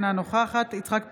אינה נוכחת יצחק פינדרוס,